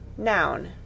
Noun